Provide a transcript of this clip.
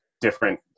different